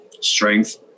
strength